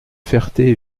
ferté